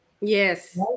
Yes